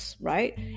right